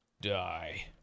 die